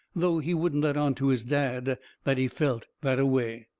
though he wouldn't let on to his dad that he felt that-a-way.